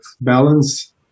balance